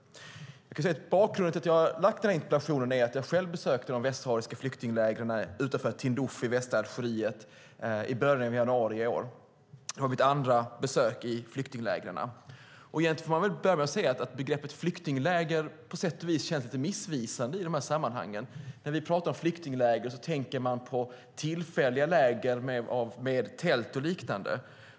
Bakgrunden till att jag ställt interpellationen är att jag själv besökte de västsahariska flyktinglägren utanför Tindouf i västra Algeriet i början av januari i år. Det var mitt andra besök i flyktinglägren. Egentligen får man väl börja med att säga att begreppet "flyktingläger" på sätt och vis känns lite missvisande i de här sammanhangen. När man pratar om flyktingläger tänker man på tillfälliga läger med tält och liknande.